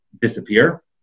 disappear